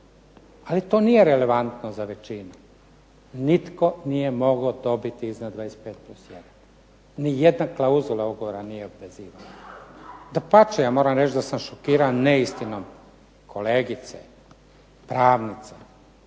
Ali to nije relevantno za većinu. Nitko nije mogao dobiti iznad 25+1, nijedna klauzula ugovora nije obvezivala. Dapače, ja moram reći da sam šokiran neistinom kolegice pravnice